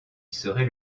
serait